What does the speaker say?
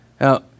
Now